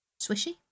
swishy